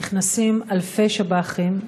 נכנסים אלפי שב"חים,